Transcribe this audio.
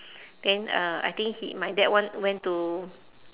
then uh I think he my dad want went to